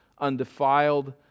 undefiled